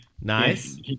Nice